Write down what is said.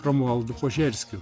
romualdu požerskiu